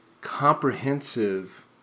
comprehensive